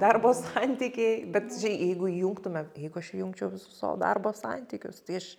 darbo santykiai bet čia jeigu įjungtume jeigu aš įjungčiau visus savo darbo santykius tai aš